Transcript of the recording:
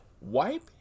wipe